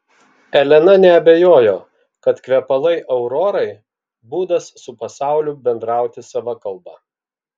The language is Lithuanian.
elena neabejojo kad kvepalai aurorai būdas su pasauliu bendrauti sava kalba